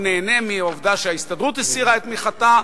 הוא נהנה מהעובדה שההסתדרות הסירה את תמיכתה.